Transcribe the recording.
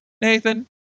Nathan